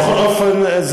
בכל אופן,